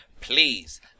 please